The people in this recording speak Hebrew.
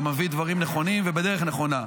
אתה מביא דברים נכונים ובדרך נכונה.